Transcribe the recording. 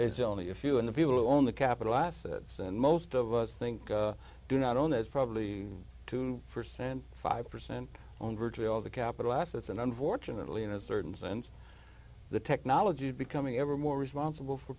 is only a few of the people who own the capital assets and most of us think do not own as probably two percent five percent on virtually all the capital assets and unfortunately in a certain sense the technology becoming ever more responsible for